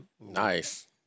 Nice